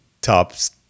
tops